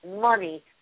money